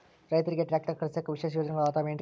ರೈತರಿಗೆ ಟ್ರ್ಯಾಕ್ಟರ್ ಖರೇದಿಸಾಕ ವಿಶೇಷ ಯೋಜನೆಗಳು ಅದಾವೇನ್ರಿ?